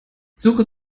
suche